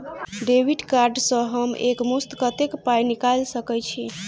Debit card सँ हम एक मुस्त कत्तेक पाई निकाल सकय छी?